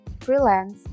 freelance